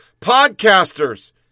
podcasters